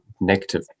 negative